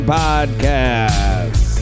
podcast